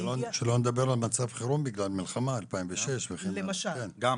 שלא נדבר על מצב חירום בגלל מלחמה, 2006. גם.